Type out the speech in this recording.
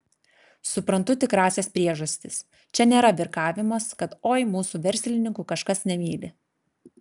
suprantu tikrąsias priežastis čia nėra virkavimas kad oi mūsų verslininkų kažkas nemyli